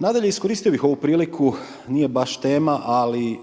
Nadalje, iskoristio bih ovu priliku, nije baš tema ali